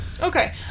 okay